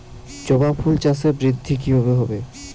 জবা ফুল চাষে বৃদ্ধি কিভাবে হবে?